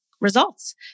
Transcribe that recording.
results